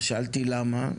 שאלתי למה?